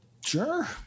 Sure